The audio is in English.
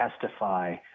testify